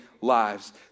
lives